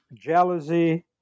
jealousy